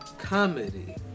comedy